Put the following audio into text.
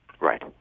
Right